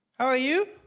how are you?